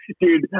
Dude